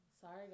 Sorry